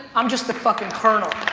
i'm just the fucking kernel.